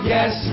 Yes